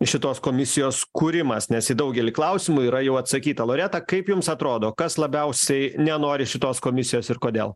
šitos komisijos kūrimas nes į daugelį klausimų yra jau atsakyta loreta kaip jums atrodo kas labiausiai nenori šitos komisijos ir kodėl